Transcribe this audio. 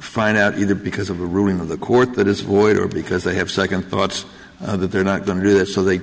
find out either because of the ruling of the court that is void or because they have second thoughts that they're not going to do this so they